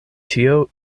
tio